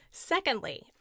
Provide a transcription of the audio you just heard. Secondly